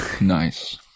Nice